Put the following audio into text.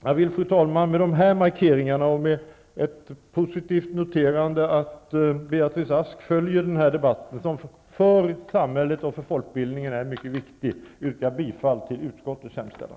Jag vill, fru talman, med dessa konstateringar och med ett positivt noterande av att Beatrice Ask följer denna debatt, som för samhället och för folkbildningen är mycket viktig, yrka bifall till utskottets hemställan.